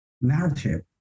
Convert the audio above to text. narrative